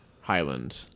Highland